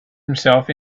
himself